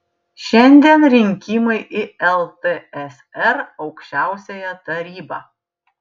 šiandien rinkimai į ltsr aukščiausiąją tarybą